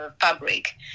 fabric